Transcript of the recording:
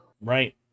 Right